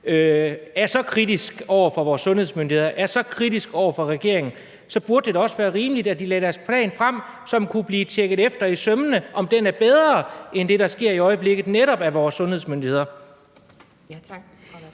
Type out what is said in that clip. er så kritisk over for vores sundhedsmyndigheder, er så kritisk over for regeringen, burde det da også være rimeligt, at de lagde deres plan frem, så den kunne blive tjekket efter i sømmene, om den er bedre end det, der sker i øjeblikket, netop af vores sundhedsmyndigheder.